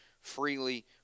freely